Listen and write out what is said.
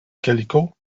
calicot